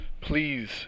please